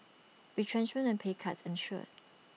retrenchment and pay cuts ensued